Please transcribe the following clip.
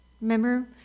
Remember